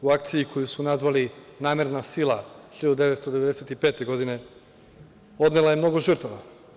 U akciji koju su nazvali „Namerna sila“ 1995. godine, odnela je mnogo žrtava.